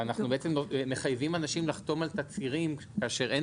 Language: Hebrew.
ואנחנו בעצם מחייבים אנשים לחתום על תצהירים כאשר אין